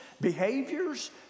behaviors